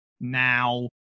now